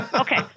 okay